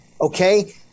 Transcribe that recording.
Okay